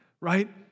right